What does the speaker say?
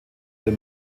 der